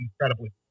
incredibly